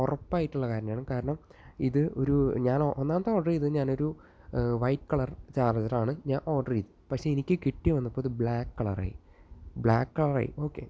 ഉറപ്പായിട്ടുള്ള കാര്യമാണ് കാരണം ഇത് ഒരു ഞാന് ഒന്നാമത്തെ ഓർഡറെയ്തത് ഞാനൊരു വൈറ്റ് കളർ ചാർജറാണ് ഞാൻ ഓർഡർ ചെയ്തത് പക്ഷെ എനിക്ക് കിട്ടി വന്നപ്പോൾ അത് ബ്ലാക്ക് കളറായി ബ്ലാക്ക് കളറായി ഓക്കേ